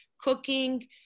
cooking